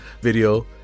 video